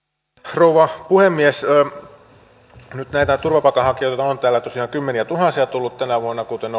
rouva puhemies nyt näitä turvapaikanhakijoita on tänne tosiaan kymmeniätuhansia tullut tänä vuonna kuten